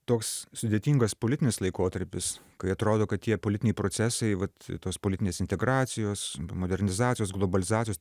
toks sudėtingas politinis laikotarpis kai atrodo kad tie politiniai procesai vat tos politinės integracijos modernizacijos globalizacijos